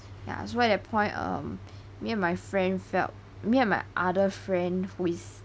ya that's why they point um me and my friend felt me and my other friend who is